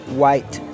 white